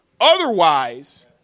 Otherwise